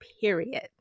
period